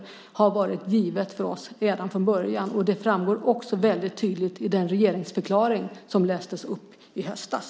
Det har varit givet för oss redan från början. Det framgår också tydligt i den regeringsförklaring som lästes upp i höstas.